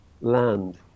land